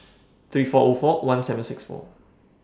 three four four one seven six four